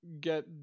get